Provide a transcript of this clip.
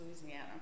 Louisiana